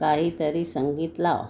काही तरी संगीत लाव